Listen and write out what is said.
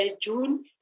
June